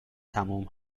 تموم